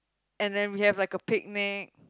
and then like we have a picnic